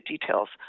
details